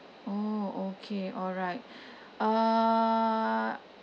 oh okay alright uh